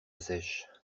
sèche